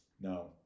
no